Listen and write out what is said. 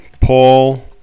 Paul